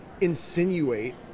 insinuate